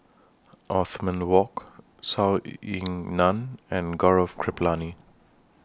Othman Wok Zhou Ying NAN and Gaurav Kripalani